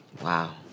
Wow